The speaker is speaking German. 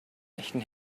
echten